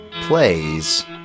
Plays